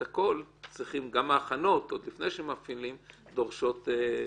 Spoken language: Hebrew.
גם ההכנות, עוד לפני שמפעילים, דורשות מימון.